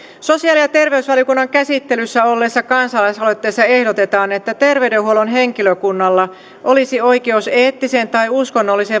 sosiaali ja terveysvaliokunnan käsittelyssä olleessa kansalaisaloitteessa ehdotetaan että terveydenhuollon henkilökunnalla olisi oikeus eettisen tai uskonnollisen